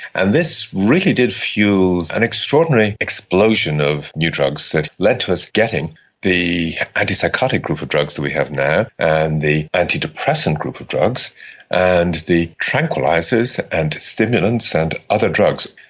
and this really did fuel an extraordinary explosion of new drugs that led to us getting the antipsychotic group of drugs that we have now and the antidepressant group of drugs and the tranquillisers and stimulants and other drugs.